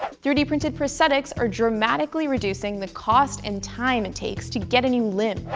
three d printed prosthetics are dramatically reducing the cost and time it takes to get a new limb.